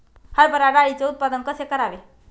हरभरा डाळीचे उत्पादन कसे करावे?